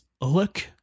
look